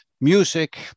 music